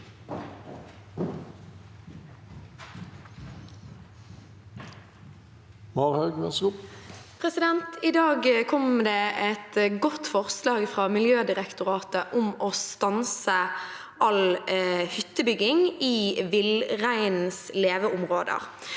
I dag kom det et godt forslag fra Miljødirektoratet om å stanse all hyttebygging i villreinens leveområder.